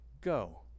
Go